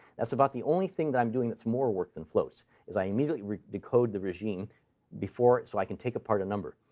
that's about the only thing that i'm doing that's more work than floats is i immediately decode the regime before it, so i can take apart a number.